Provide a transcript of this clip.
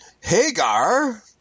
Hagar